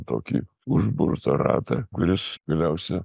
tokį užburtą ratą kuris galiausia